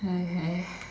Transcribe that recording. okay